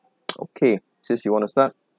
okay since you wanna start